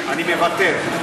אני מוותר.